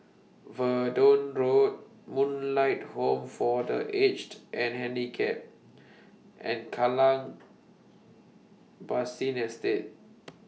Verdun Road Moonlight Home For The Aged and Handicapped and Kallang Basin Estate